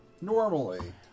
Normally